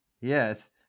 Yes